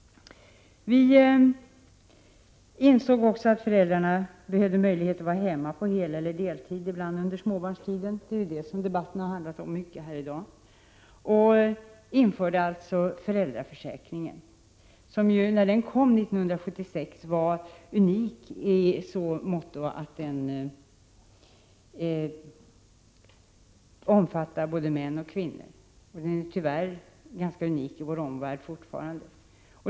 Vi insåg också att föräldrarna behövde möjlighet att vara hemma på heleller deltid ibland under småbarnstiden. Det är mycket detta debatten handlat om i dag. Vi införde alltså föräldraförsäkringen. När den kom 1976 var den unik i så måtto att den omfattar både män och kvinnor. Tyvärr ärden ganska unik i vår omvärld fortfarande.